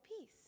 peace